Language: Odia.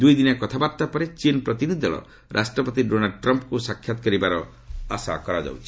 ଦୁଇଦିନିଆ କଥାବାର୍ତ୍ତା ପରେ ଚୀନ୍ ପ୍ରତିନିଧି ଦଳ ରାଷ୍ଟ୍ରପତି ଡୋନାଲ୍ଡ ଟ୍ରମ୍ପଙ୍କୁ ସାକ୍ଷାତ୍ କରିବାର ଆଶା କରାଯାଉଛି